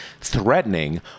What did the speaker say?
threatening